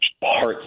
parts